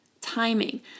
timing